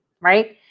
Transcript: right